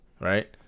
right